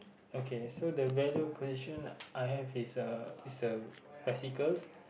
okay so the value position I have is a is a bicycles